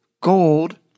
gold